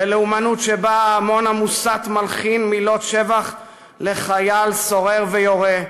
בלאומנות שבה ההמון המוסת מלחין מילות שבח לחייל סורר ויורה,